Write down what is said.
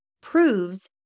proves